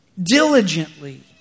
Diligently